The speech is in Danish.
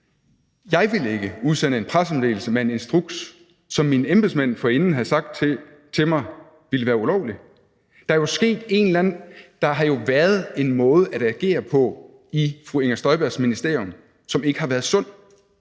jeg var minister – udsende en pressemeddelelse med en instruks, som mine embedsmænd forinden havde sagt til mig ville være ulovlig. Der har jo været en måde at agere på i fru Inger Støjbergs ministerium, som ikke har været sund.